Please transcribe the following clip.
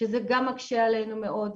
זה גם מקשה עלינו מאוד.